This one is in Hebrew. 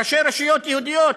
ראשי רשויות יהודיות